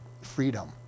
freedom